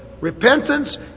repentance